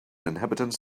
inhabitants